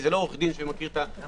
כי זה לא עורך דין שמכיר את הפרקטיקה.